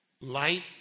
Light